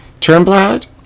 Turnblad